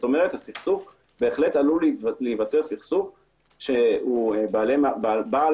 כלומר בהחלט עלול להיווצר סכסוך שהוא בעל